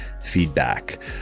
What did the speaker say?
feedback